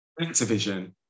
Activision